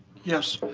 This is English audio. yes.